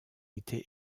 été